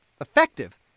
effective